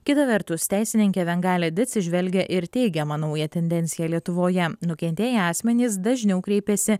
kita vertus teisininkė vengalėdits įžvelgia ir teigiamą naują tendenciją lietuvoje nukentėję asmenys dažniau kreipiasi